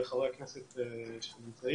וחברי הכנסת שנמצאים,